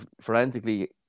forensically